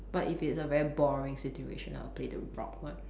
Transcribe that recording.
but if it's a very boring situation I'll play the rock one